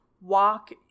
walk